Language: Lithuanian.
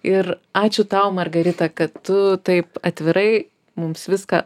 ir ačiū tau margarita kad tu taip atvirai mums viską